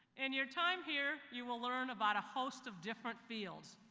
and your time here you will learn about a host of different fields,